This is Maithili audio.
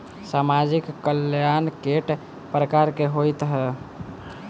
सामाजिक कल्याण केट प्रकार केँ होइ है?